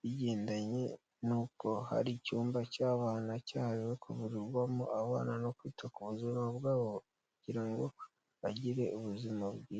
bigendanye n'uko hari icyumba cy'abana cyahariwe kuvurirwamo abana no kwita ku buzima bwabo, kugira ngo bagire ubuzima bwiza.